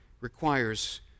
requires